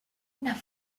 una